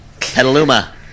Petaluma